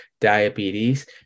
diabetes